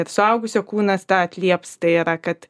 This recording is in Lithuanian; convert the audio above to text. ir suaugusio kūnas tą atlieps tai yra kad